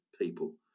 people